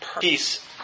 Peace